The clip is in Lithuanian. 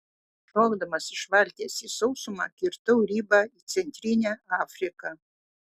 šokdamas iš valties į sausumą kirtau ribą į centrinę afriką